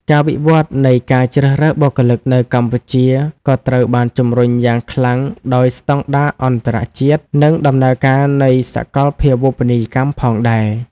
ការវិវត្តន៍នៃការជ្រើសរើសបុគ្គលិកនៅកម្ពុជាក៏ត្រូវបានជំរុញយ៉ាងខ្លាំងដោយស្តង់ដារអន្តរជាតិ និងដំណើរការនៃសាកលភាវូបនីយកម្មផងដែរ។